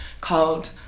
called